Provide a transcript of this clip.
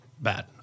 Bad